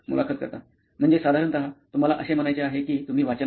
मुलाखत कर्ता म्हणजे साधारणतः तुम्हाला असे म्हणायचे आहे कि तुम्ही वाचन करता